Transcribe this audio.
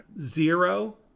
zero